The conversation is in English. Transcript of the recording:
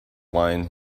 wine